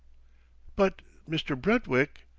but mr. brentwick!